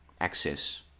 access